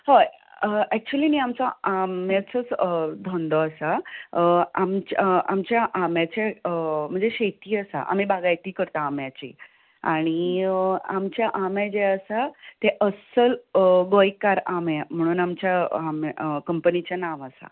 हय एक्चुली न्हय आमचो आंब्याचोच धंदो आसा आमच्या आमच्या आंब्याचे म्हणजे शेती आसा आमी बाग्याची करता आंब्याची आनी आमचे आंबे जे आसा ते अस्सल गोंयकार आंबे म्हण आमच्या आंब कंपनीचें नांव आसा